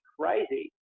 crazy